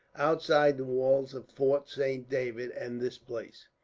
outside the walls of fort saint david and this place.